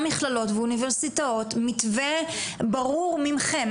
מכללות ואוניברסיטאות מתווה ברור מכם.